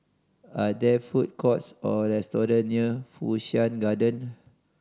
are there food courts or restaurants near Fu Shan Garden